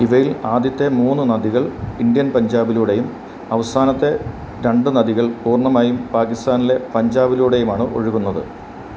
ഇവയിൽ ആദ്യത്തെ മൂന്ന് നദികൾ ഇൻഡ്യൻ പഞ്ചാബിലൂടെയും അവസാനത്തെ രണ്ട് നദികൾ പൂർണ്ണമായും പാകിസ്താനിലെ പഞ്ചാബിലൂടെയുമാണ് ഒഴുകുന്നത്